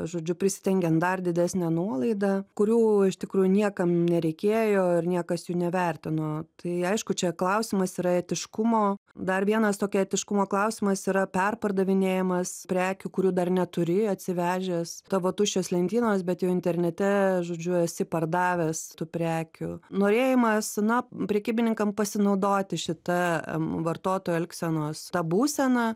žodžiu prisidengiant dar didesne nuolaida kurių iš tikrųjų niekam nereikėjo ir niekas jų nevertino tai aišku čia klausimas yra etiškumo dar vienas tokio etiškumo klausimas yra perpardavinėjimas prekių kurių dar neturi atsivežęs tavo tuščios lentynos bet jau internete žodžiu esi pardavęs tų prekių norėjimas senam prekybininkam pasinaudoti šita vartotojo elgsenos ta būsena